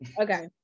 Okay